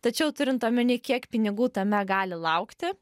tačiau turint omeny kiek pinigų tame gali laukti